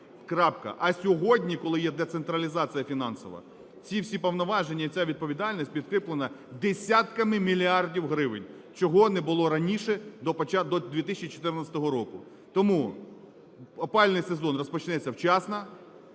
А сьогодні, коли є децентралізація фінансова, ці всі повноваження і ця відповідальність підкріплена десятками мільярдів гривень, чого не було раніше, до 2014 року. Тому опалювальний сезон розпочнеться вчасно,